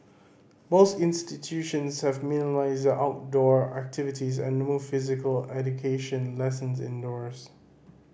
most institutions have minimised their outdoor activities and moved physical education lessons indoors